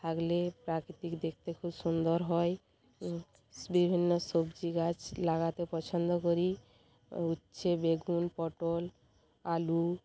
থাকলে প্রাকৃতিক দেখতে খুব সুন্দর হয় বিভিন্ন সবজি গাছ লাগাতে পছন্দ করি উচ্ছে বেগুন পটল আলু